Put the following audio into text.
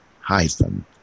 hyphen